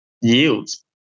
yields